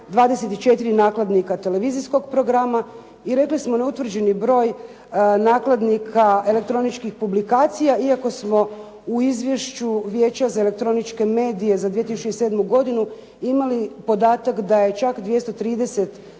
24 nakladnika televizijskog programa i rekli smo neutvrđeni broj nakladnika elektroničkih publikacija iako smo u Izvješću Vijeća za elektroničke medije za 2007. godinu imali podatak da je čak 230.